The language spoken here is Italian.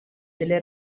delle